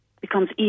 becomes